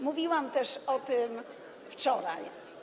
Mówiłam też o tym wczoraj.